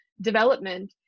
development